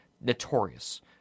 Notorious